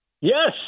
Yes